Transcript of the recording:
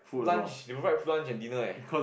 lunch they provide lunch and dinner eh